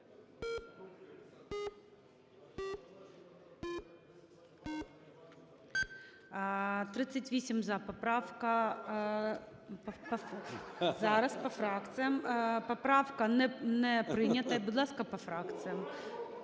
За-38 Поправка … Зараз, по фракціях. Поправка не прийнята. І, будь ласка, по фракціях: